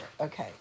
okay